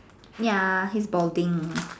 ya he is balding